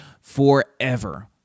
forever